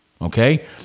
Okay